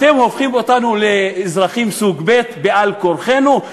אתם הופכים אותנו לאזרחים סוג ב' על כורחנו?